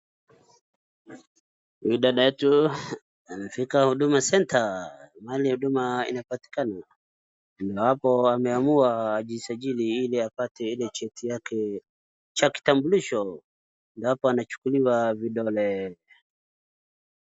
Ni dada tu amefika Huduma Centre, mahali huduma inapatikana, iwapo ameamua ajisajili ili apate ile cheti yake cha kitambulisho, iwapo anachukuliwa vidole.